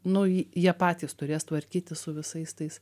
nu ji jie patys turės tvarkytis su visais tais